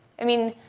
i mean